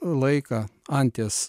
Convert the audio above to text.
laiką anties